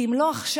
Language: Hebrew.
כי אם לא עכשיו,